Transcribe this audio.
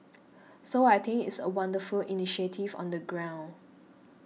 so I think it's a wonderful initiative on the ground